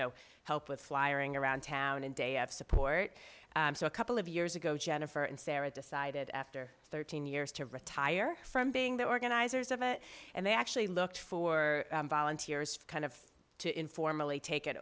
know help with flying around town and day of support so a couple of years ago jennifer and sarah decided after thirteen years to retire from being the organizers of it and they actually looked for volunteers kind of to informally take it